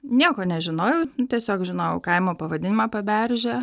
nieko nežinojau tiesiog žinojau kaimo pavadinimą paberžė